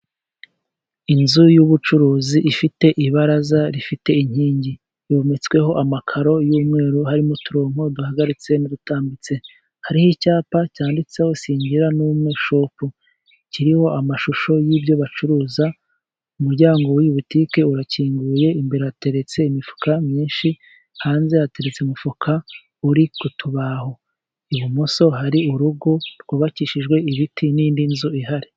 Inzu y'ubucuruzi ifite ibaraza rifite inkingi, yometsweho amakaro y'umweru, harimo uturonko duhagaritse n'udutambitse, hariho icyapa cyanditseho singira n'umwe shopu kiriho amashusho y'ibyo bacuruza. Umuryango w'iyi botikwe urakinguye, imbere hateretse imifuka myinshi, hanze hateretse umufuka uri ku tubaho, ibumoso hari urugo rwubakishijwe ibiti, n'indi nzu ihari.